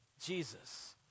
Jesus